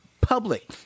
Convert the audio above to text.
public